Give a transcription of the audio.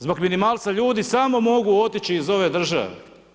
Zbog minimalca ljudi samo mogu otići iz ove države.